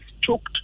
choked